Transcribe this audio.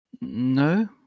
No